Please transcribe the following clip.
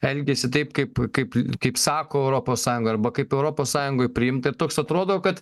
elgiasi taip kaip kaip kaip sako europos sąjungoj arba kaip europos sąjungoj priimta ir toks atrodo kad